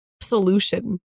solution